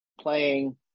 playing